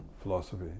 philosophy